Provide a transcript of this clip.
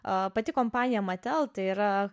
pati kompanija matel tai yra